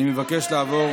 אני מבקש לעבור